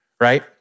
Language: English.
right